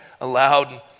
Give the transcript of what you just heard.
aloud